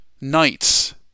knights